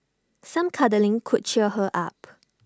some cuddling could cheer her up